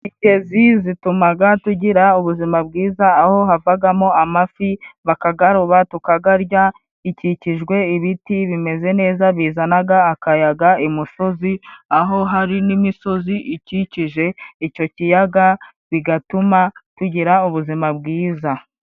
Imigezi zitumaga tugira ubuzima bwiza aho havagamo amafi bakagaroba tukagarya. Ikikijwe ibiti bimeze neza bizanaga akayaga i musozi, aho hari n'imisozi ikikije icyo kiyaga, bigatuma tugira ubuzima bwiza.